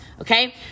okay